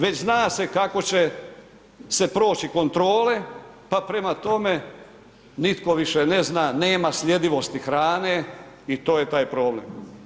Već zna se kako će se proći kontrole pa prema tome, nitko više ne zna, nema sljedivosti hrane i to je taj problem.